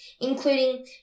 including